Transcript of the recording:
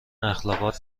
اخلاقات